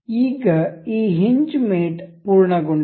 ಈಗ ಈ ಹಿಂಜ್ ಮೇಟ್ ಪೂರ್ಣಗೊಂಡಿದೆ